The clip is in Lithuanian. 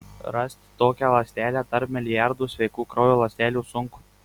rasti tokią ląstelę tarp milijardų sveikų kraujo ląstelių sunku